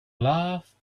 lathe